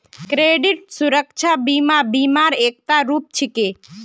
credit सुरक्षा बीमा बीमा र एकता रूप छिके